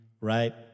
right